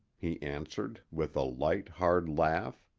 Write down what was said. he answered, with a light, hard laugh.